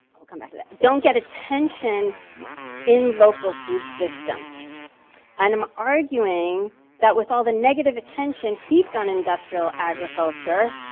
i'll come back to that, don't get attention in local food systems. and i'm arguing that with all the negative attention heaped on industrial agriculture,